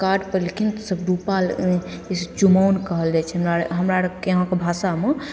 ओ card पएलखिन सभ रुपा चुमाओन कहल जाइ छै हमरा आओर हमरा आओरके यहाँके भाषामे